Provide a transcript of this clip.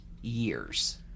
years